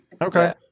Okay